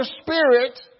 spirit